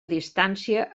distància